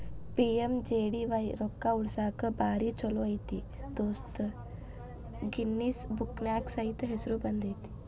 PMJDY ರೊಕ್ಕಾ ಉಳಸಾಕ ಭಾರಿ ಛೋಲೋ ಐತಿ ದೋಸ್ತ ಗಿನ್ನಿಸ್ ಬುಕ್ನ್ಯಾಗ ಸೈತ ಹೆಸರು ಬಂದೈತಿ